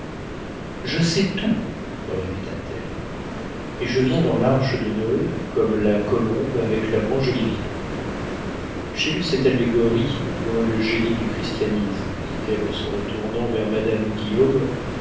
je sais tout répéta-t-elle et je viens dans l'arche de noé comme la colombe avec la branche d'olivier j'ai lu cette allégorie dans le génie du christianisme dit-elle en se retournant vers madame guillaume